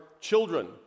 children